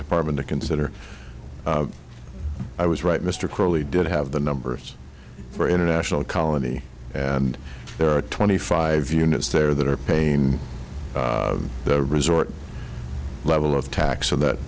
department to consider i was right mr crawley did have the numbers for international colony and there are twenty five units there that are paying the resort level of tax so that